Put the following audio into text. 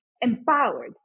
empowered